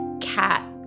cat